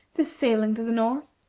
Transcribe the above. this sailing to the north.